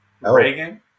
Reagan